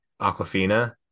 Aquafina